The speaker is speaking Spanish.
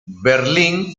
berlín